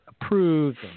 approved